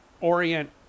orient